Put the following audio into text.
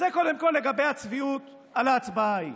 אז זה, קודם כול, לגבי הצביעות על ההצבעה ההיא.